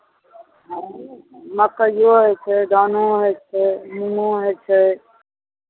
मकइओ होइ छै धानो होइ छै मूँगो होइ छै